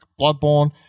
Bloodborne